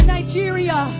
Nigeria